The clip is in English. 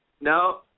No